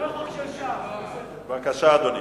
בבקשה, אדוני.